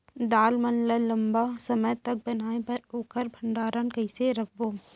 दाल मन ल लम्बा समय तक बनाये बर ओखर भण्डारण कइसे रखबो?